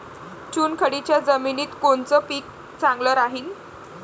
चुनखडीच्या जमिनीत कोनचं पीक चांगलं राहीन?